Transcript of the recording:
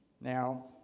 Now